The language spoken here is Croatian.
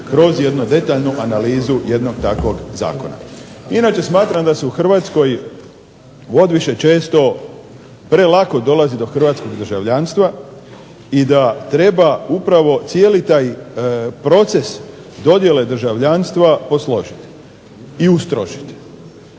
kroz jednu detaljnu analizu jednog takvog zakona. Inače smatram da se u Hrvatskoj odviše često prelako dolazi do hrvatskog državljanstva i da treba upravo cijeli taj proces dodjele državljanstva posložiti i ustrožiti.